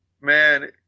Man